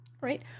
Right